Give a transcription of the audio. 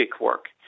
work